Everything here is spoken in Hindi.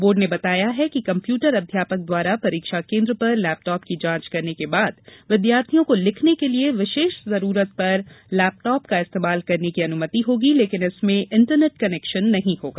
बोर्ड ने बताया कि कम्यूटर अध्यापक द्वारा परीक्षा केन्द् पर लेपटॉप की जांच करने के बाद विद्यार्थियों को लिखने के लिए विशेष जरूरत पर लेपटॉप का इस्तेमाल करने की अनुमति होगी लेकिन इसमें इंटरनेट कनेक्शन नहीं होगा